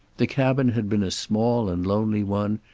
the cabin had been a small and lonely one,